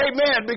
Amen